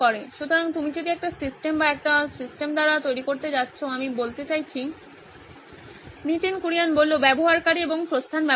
সুতরাং তুমি যদি একটি সিস্টেম বা একটি সিস্টেম দ্বারা তৈরি করতে যাচ্ছ আমি বলতে চাইছি নীতিন কুরিয়ান ব্যবহারকারী এবং প্রস্থান ব্যবস্থা